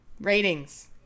ratings